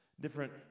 different